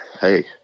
hey